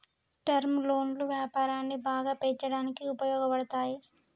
term లోన్లు వ్యాపారాన్ని బాగా పెంచడానికి ఉపయోగపడతాయి